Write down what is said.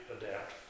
adapt